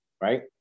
right